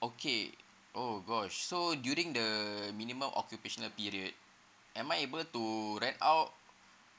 okay oh gosh so do you think the minimum occupational period am I able to rent out